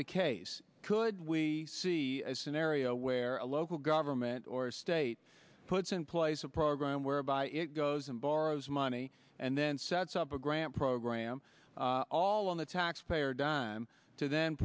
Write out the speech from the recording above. the case could we see a scenario where a local government or state puts in place a program whereby it goes and borrows money and then sets up a grant program all on the taxpayer dime to the